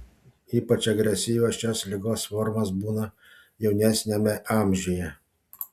ypač agresyvios šios ligos formos būna jaunesniame amžiuje